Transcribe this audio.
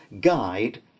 guide